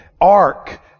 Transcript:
ark